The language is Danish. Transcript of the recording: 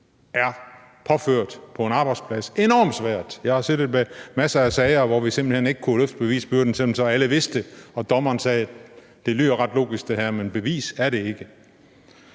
er påført på en arbejdsplads – enormt svært. Jeg har siddet med masser af sager, hvor vi simpelt hen ikke kunne løfte bevisbyrden, selv om alle vidste det, og hvor dommeren sagde: Det lyder ret logisk det her, men bevis er det ikke.